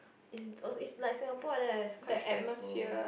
is is like Singapore like that leh is quite stressful